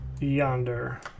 yonder